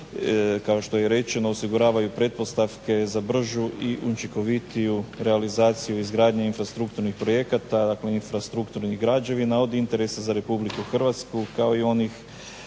kao što je i rečeno osiguravaju pretpostavke za bržu i učinkovitiju realizaciju izgradnje infrastrukturnih projekata, dakle infrastrukturnih građevina od interesa za Republiku Hrvatsku kao i onih